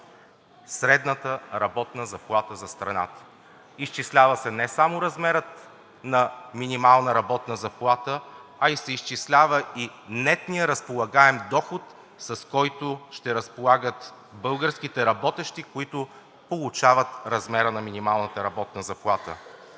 средната работна заплата за страната – изчислява се не само размерът на минимална работна заплата, а се изчислява и нетният разполагаем доход, с който ще разполагат българските работещи, които получават размера на минималната работна заплата.